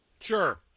Sure